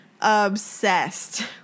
obsessed